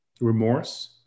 remorse